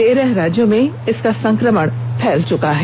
तेरह राज्यों में संक्रमण फैल चुका है